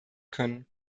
können